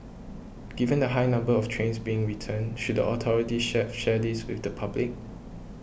given the high number of trains being returned should the authorities shared shared this with the public